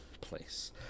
place